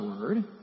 word